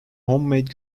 homemade